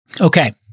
Okay